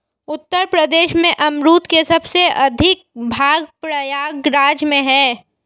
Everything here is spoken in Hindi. उत्तर प्रदेश में अमरुद के सबसे अधिक बाग प्रयागराज में है